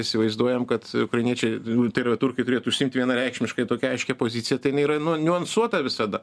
įsivaizduojam kad ukrainiečiai tai yra turkai turėtų užsiimti vienareikšmiškai tokią aiškią poziciją tai jinai yra nu niuansuota visada